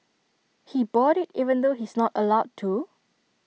he bought IT even though he's not allowed to